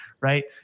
right